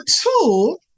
two